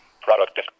Product